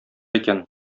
икән